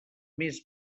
més